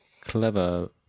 Clever